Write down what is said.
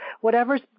whatever's